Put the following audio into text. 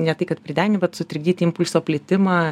ne tai kad pridegin bet sutrikdyt impulso plitimą